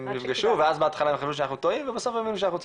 נפגשו ואז בהתחלה חשבו שאנחנו טועים ואז בסוף הבינו שאנחנו צודקים,